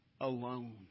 alone